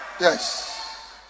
Yes